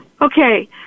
okay